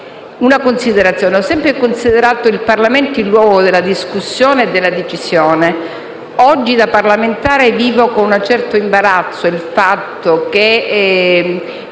per nessuno. Ho sempre considerato il Parlamento il luogo della discussione e della decisione. Oggi, da parlamentare, vivo con un certo imbarazzo il fatto che